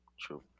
true